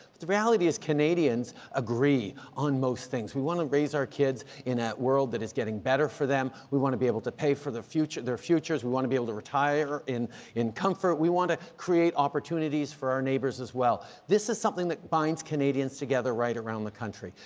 the reality is canadians agree on most things. we want to raise our kids in a world that is getting better for them. we want to be able to pay for their futures. their futures. we want to be able to retire in in comfort. we want to create opportunities for our neighbours as well. this is something that binds canadians together right around the country.